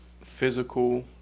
physical